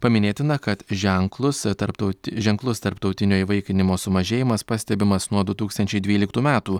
paminėtina kad ženklus tarptauti ženklus tarptautinio įvaikinimo sumažėjimas pastebimas nuo du tūkstančiai dvyliktų metų